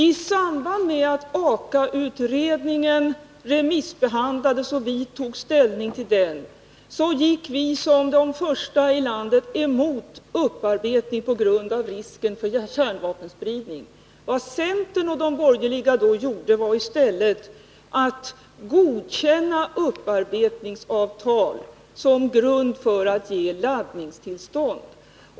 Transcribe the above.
I samband med att AKA-utredningen remissbehandlades och vi tog ställning till den, gick vi som de första i landet emot upparbetning på grund av risken för kärnvapenspridning. Vad centern och de borgerliga då gjorde var i stället att godkänna upparbetningsavtal som grund för att ge laddningtill stånd.